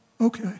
okay